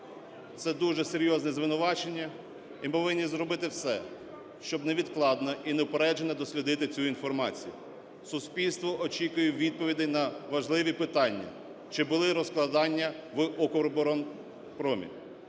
Це дуже серйозне звинувачення. І ми повинні зробити все, щоб невідкладно і неупереджено дослідити цю інформацію. Суспільство очікує відповіді на важливі питання, чи були розкрадання в "Укроборонпромі".